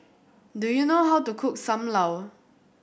do you know how to cook Sam Lau